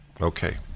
Okay